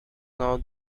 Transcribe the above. now